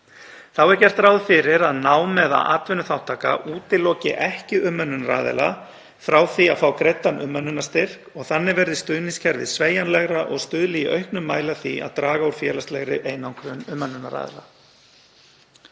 Þá er gert ráð fyrir að nám eða atvinnuþátttaka útiloki ekki umönnunaraðila frá því að fá greiddan umönnunarstyrk og þannig verði stuðningskerfið sveigjanlegra og stuðli í auknum mæli að því að draga úr félagslegri einangrun umönnunaraðila.